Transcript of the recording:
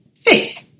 Faith